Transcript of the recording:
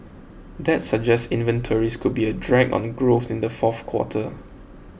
that suggests inventories could be a drag on growth in the fourth quarter